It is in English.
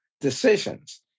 decisions